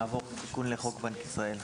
נעבור לסעיף 70, תיקון חוק בנק ישראל.